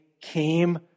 came